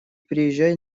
приезжай